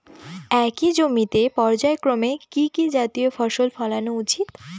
একই জমিতে পর্যায়ক্রমে কি কি জাতীয় ফসল ফলানো উচিৎ?